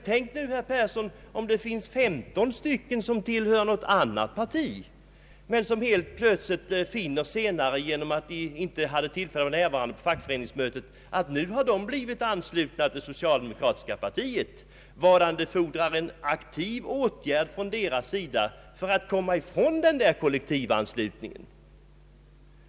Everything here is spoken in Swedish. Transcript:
Tänk om det finns 15 stycken som tillhör ett annat parti, herr Persson, och som helt plötsligt senare finner — de kanske inte hade tillfälle att vara närvarande vid fackföreningsmötet — att de blivit anslutna till socialdemokratiska partiet, vadan det fordras en aktiv åtgärd från deras sida för att de skall kunna komma ifrån den kollektiva anslutningen.